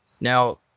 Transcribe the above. Now